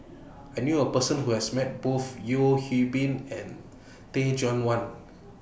I knew A Person Who has Met Both Yeo Hwee Bin and Teh Cheang Wan